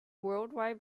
worldwide